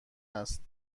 است